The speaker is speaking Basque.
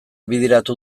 bideratu